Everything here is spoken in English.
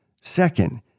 Second